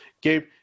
Gabe